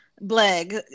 Bleg